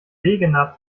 wegener